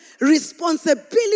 responsibility